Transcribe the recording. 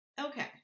Okay